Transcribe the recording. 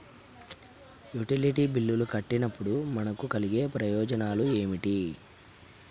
Utility బిల్లులు కట్టినప్పుడు మనకు కలిగే ప్రయోజనాలు ఏమిటి?